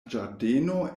ĝardeno